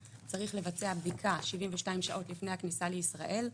צריך לבצע בדיקה 72 שעות לפני הכניסה לישראל.